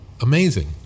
Amazing